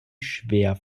schwer